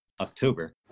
October